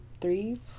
three